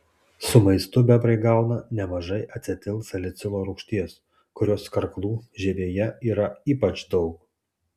su maistu bebrai gauna nemažai acetilsalicilo rūgšties kurios karklų žievėje yra ypač daug